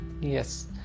yes